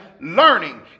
learning